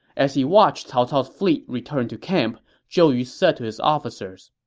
as he watched cao cao's fleet return to camp, zhou yu said to his officers,